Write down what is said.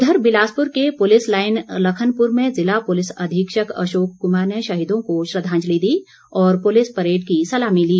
उधर बिलासपुर के police line Lakhanpur में ज़िला पुलिस अधीक्षक अशोक कुमार ने शहीदों को श्रद्धांजलि दी और पुलिस परेड़ की सलामी ली